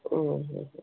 ಹ್ಞೂ ಹ್ಞೂ ಹ್ಞು